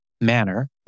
manner